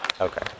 Okay